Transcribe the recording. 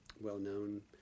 well-known